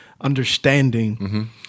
understanding